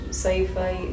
sci-fi